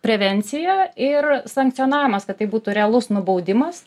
prevencija ir sankcionavimas kad tai būtų realus nubaudimas